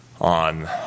on